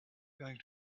going